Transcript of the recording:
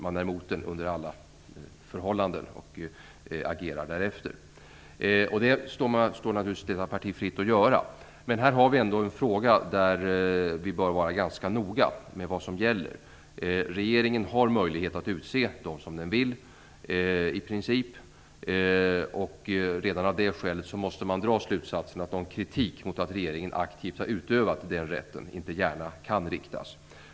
Man är emot den under alla förhållanden och agerar därefter. Det står naturligtvis detta parti fritt att göra det. Men här har vi ändå en fråga där vi bör vara ganska noga med vad som gäller. Regeringen har i princip möjlighet att utse dem som den vill. Redan av det skälet måste man dra slutsatsen att någon kritik mot att regeringen aktivt har utövat den rätten inte gärna kan riktas.